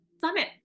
summit